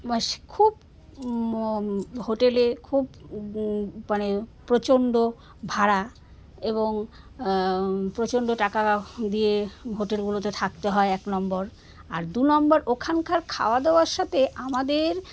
সে খুব হোটেলে খুব মানে প্রচণ্ড ভাড়া এবং প্রচণ্ড টাকা দিয়ে হোটেলগুলোতে থাকতে হয় এক নম্বর আর দু নম্বর ওখানকার খাওয়া দাওয়ার সাথে আমাদের